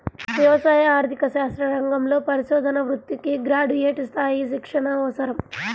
వ్యవసాయ ఆర్థిక శాస్త్ర రంగంలో పరిశోధనా వృత్తికి గ్రాడ్యుయేట్ స్థాయి శిక్షణ అవసరం